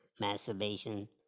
masturbation